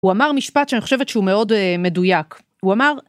הוא אמר משפט שאני חושבת שהוא מאוד מדויק, הוא אמר.